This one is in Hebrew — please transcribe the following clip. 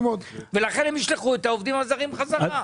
ולכן הם ישלחו את העובדים הזרים בחזרה.